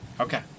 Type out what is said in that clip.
Okay